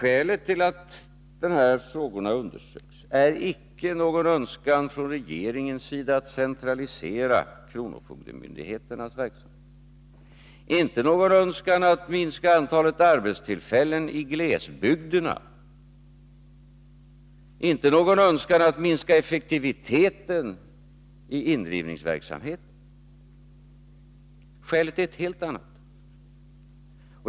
Skälet till att de här frågorna undersöks är icke någon önskan från regeringens sida att centralisera kronofogdemyndigheternas verksamhet, icke någon önskan att minska antalet arbetstillfällen i glesbygderna, icke någon önskan att minska effektiviteten i indrivningsverksamheten. Skälet är ett helt annat.